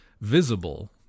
visible